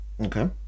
Okay